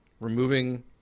removing